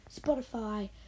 spotify